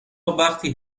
وقتی